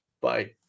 Bye